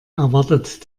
erwartet